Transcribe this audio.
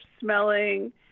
smelling